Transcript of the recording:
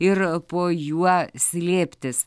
ir po juo slėptis